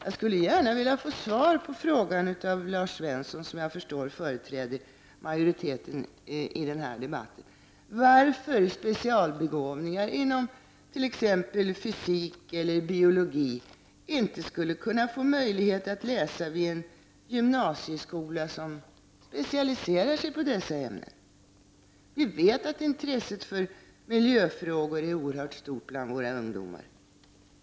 Jag skulle gärna vilja få svar på frågan av Lars Svensson, som jag förstår företräder majoriteten i den här debatten, varför specialbegåvningar inom t.ex. fysik eller biologi inte skulle kunna få möjlighet att läsa vid en gymnasieskola som specialiserar sig på dessa ämnen. Vi vet att intresset för miljöfrågor är oerhört stort bland våra ungdomar.